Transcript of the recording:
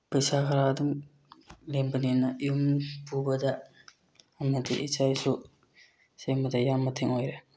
ꯄꯩꯁꯥ ꯈꯔ ꯑꯗꯨꯝ ꯂꯦꯝꯕꯅꯤꯅ ꯌꯨꯝ ꯄꯨꯕꯗ ꯑꯃꯗꯤ ꯏꯆꯥ ꯏꯁꯨ ꯁꯦꯝꯕꯗ ꯌꯥꯝ ꯃꯇꯦꯡ ꯑꯣꯏꯔꯦ